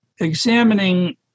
examining